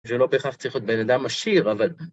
שלא בהכרח צריך להיות בן אדם עשיר, אבל...